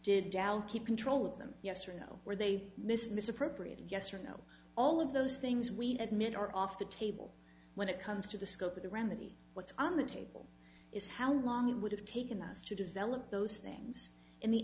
did keep control of them yes or no were they missed misappropriated yes or no all of those things we admit are off the table when it comes to the scope of the remedy what's on the table is how long it would have taken us to develop those things in the